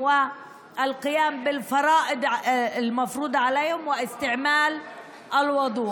ואת המצוות המוטלות עליהם ולקיים את טקס הטהרה.